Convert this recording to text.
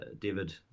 David